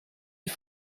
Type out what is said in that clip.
wie